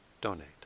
donate